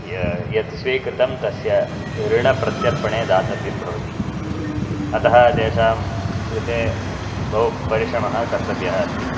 यत् स्वीकृतं तस्य ऋणप्रत्यर्पणे दातव्यं भवति अतः तेषां कृते बहु परिश्रमः कर्तव्यः अस्ति